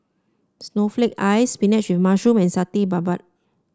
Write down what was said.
Snowflake Ice spinach with mushroom and Satay Babat